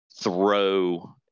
throw